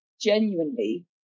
genuinely